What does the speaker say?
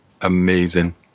amazing